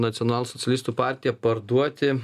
nacionalsocialistų partiją parduoti